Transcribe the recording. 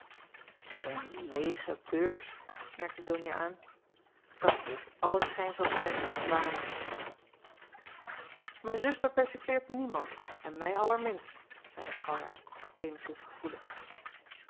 een leêge beurs merkte donia aan dat heeft allen schijn van persifflage mijn zuster persiffleert niemand en mij allerminst zeide galjart eenigszins gevoelig